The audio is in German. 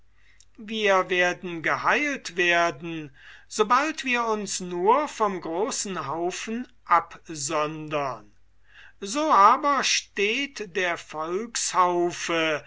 wir werden geheilt werden sobald wir uns nur vom großen haufen absondern so aber steht der